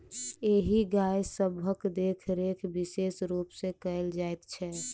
एहि गाय सभक देखरेख विशेष रूप सॅ कयल जाइत छै